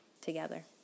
together